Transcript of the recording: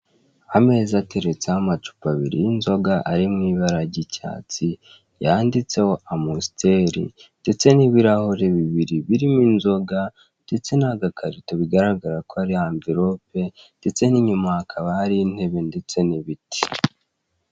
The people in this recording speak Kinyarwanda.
Ameza ateretseho amacupa abiri y'inzoga ari mu ibara ry'icyatsi yanditseho Amstel ndetse n'ibirahure bibiri birimo inzoga ndetse n'agakarito bigaragara ko ari envilope ndetse n'inyuma hakaba hari intebe ndetse n'ibiti.